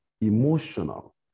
emotional